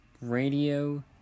radio